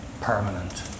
permanent